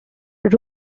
are